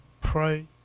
pray